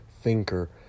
thinker